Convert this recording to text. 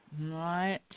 Right